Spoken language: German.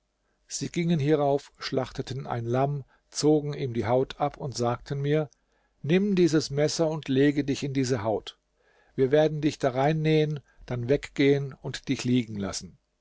sie gingen hierauf schlachteten ein lamm zogen ihm die haut ab und sagten mir nimm dieses messer und lege dich in diese haut wir werden dich darein nähen dann weggehen und dich liegen lassen